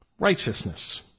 righteousness